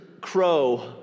crow